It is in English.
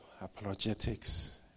apologetics